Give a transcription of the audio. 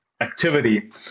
activity